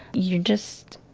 you're just,